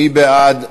מי בעד?